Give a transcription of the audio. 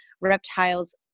reptiles